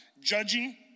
Judging